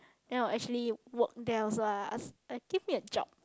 then I will actually work there also ah ask like give me a job